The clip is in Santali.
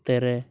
ᱚᱠᱛᱮ ᱨᱮ